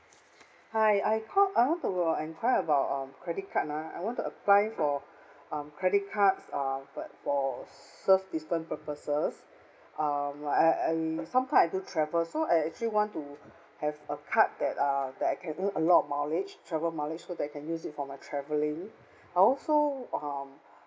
hi I called I want to enquire about um credit card ha I want to apply for um credit card uh but for serve different purposes um I I sometime I go travel so I actually want to have a card that uh that I can earn a lot of mileage travel mileage so that I can use it for my travelling I also um